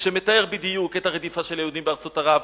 שמתאר בדיוק את הרדיפה של היהודים בארצות ערב,